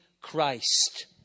Christ